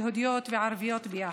יהודית וערביות ביחד.